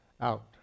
out